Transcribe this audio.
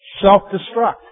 self-destruct